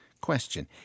question